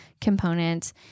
components